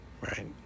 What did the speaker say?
Right